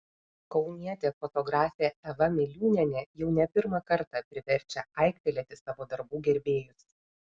kaunietė fotografė eva miliūnienė jau ne pirmą kartą priverčia aiktelėti savo darbų gerbėjus